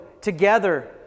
together